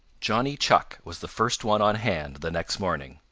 johnny chuck was the first one on hand the next morning.